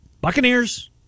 Buccaneers